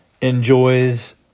enjoys